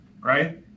right